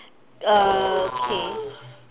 uh okay